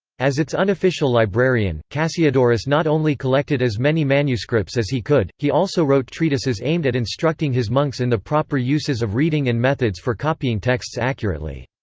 as its unofficial librarian, cassiodorus not only collected as many manuscripts as he could, he also wrote treatises aimed at instructing his monks in the proper uses of reading and methods for copying texts accurately.